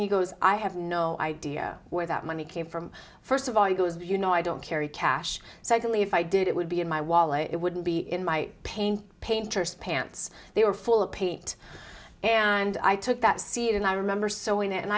he goes i have no idea where that money came from first of all you know i don't carry cash secondly if i did it would be in my wallet it wouldn't be in my paint painter's pants they were full of paint and i took that seat and i remember sewing it and